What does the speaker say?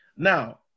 Now